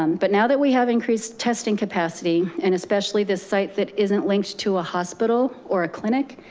um but now that we have increased testing capacity, and especially this site that isn't linked to a hospital or a clinic,